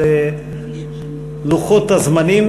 על לוחות הזמנים.